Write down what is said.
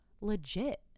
legit